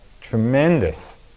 Tremendous